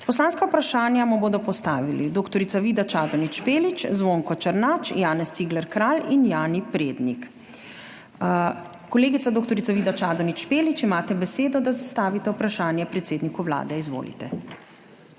Poslanska vprašanja mu bodo postavili dr. Vida Čadonič Špelič, Zvonko Černač, Janez Cigler Kralj in Jani Prednik. Kolegica dr. Vida Čadonič Špelič, imate besedo, da zastavite vprašanje predsedniku Vlade. Izvolite.